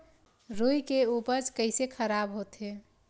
रुई के उपज कइसे खराब होथे?